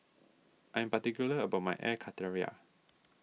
I am particular about my Air Karthira